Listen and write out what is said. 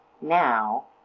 now